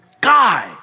guy